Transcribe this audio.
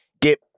get